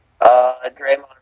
Draymond